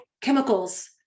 chemicals